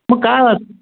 मग काय